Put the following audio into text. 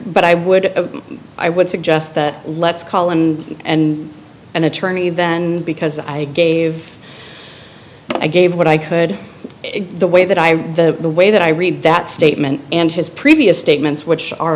but i would i would suggest that let's call in and an attorney then because i gave i gave what i could the way that i read the way that i read that statement and his previous statements which are